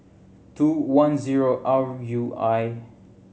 two one zero R U I